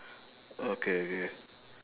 okay okay